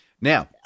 Now